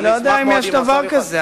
כי אני לא יודע אם יש דבר כזה.